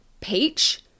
Peach